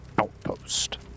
outpost